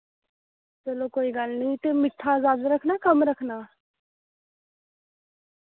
चलो कोई गल्ल नि ते मिट्ठा ज्यादा रक्खना कम रक्खना